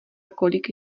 kolik